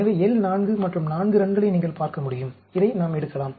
எனவே L 4 மற்றும் 4 ரன்களை நீங்கள் பார்க்க முடியும் இதை நாம் எடுக்கலாம்